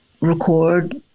record